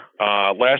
last